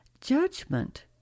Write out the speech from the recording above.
judgment